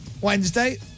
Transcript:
Wednesday